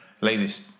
ladies